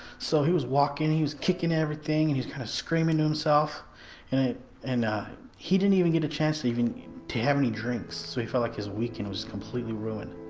so he was walking he was kicking everything and he's kind of screaming to himself and it and he didn't even get a chance to even to have any drinks, so he felt like his weekend. it was completely ruined